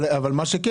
אבל מה שכן,